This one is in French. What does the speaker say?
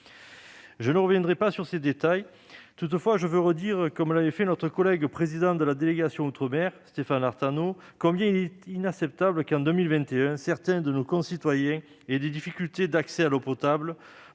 Je n'y reviendrai pas dans le détail. Toutefois, je veux redire, comme l'avait fait notre collègue président de la délégation aux outre-mer, Stéphane Artano, combien il est inacceptable que, en 2021, certains de nos concitoyens aient des difficultés d'accès à l'eau potable,